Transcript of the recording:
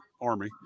army